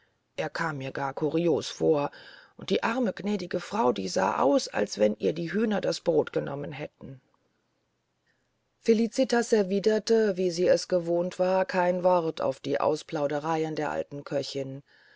er kam mir gar kurios vor und die arme gnädige frau die sah aus als wenn ihr die hühner das brot genommen hätten felicitas erwiderte wie sie es gewohnt war kein wort auf die ausplaudereien der alten köchin